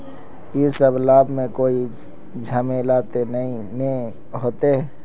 इ सब लाभ में कोई झमेला ते नय ने होते?